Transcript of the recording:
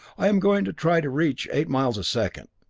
i am going to try to reach eight miles a second.